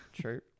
True